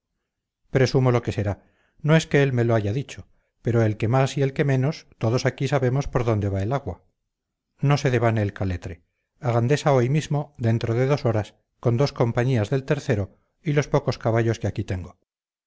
presumo lo que será no es que él me lo haya dicho pero el que más y el que menos todos aquí sabemos por dónde va el agua no se devane el caletre a gandesa hoy mismo dentro de dos horas con dos compañías del o y los pocos caballos que aquí tengo